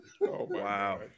wow